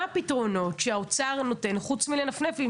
מה הפתרונות שהאוצר נותן חוץ מנפנוף עם